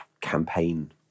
campaign